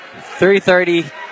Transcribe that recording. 3-30